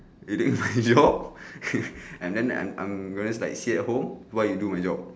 you doing my job and then I'm I'm embarrassed like seat at home while you do my job